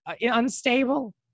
unstable